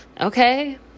Okay